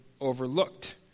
overlooked